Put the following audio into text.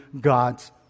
God's